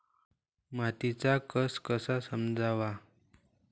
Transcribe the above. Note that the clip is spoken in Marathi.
मातीचा कस कसा समजाव?